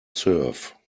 serve